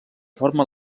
forma